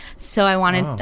so i wanted it.